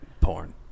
Porn